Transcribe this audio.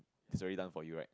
it's already done for your right